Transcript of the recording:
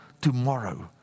tomorrow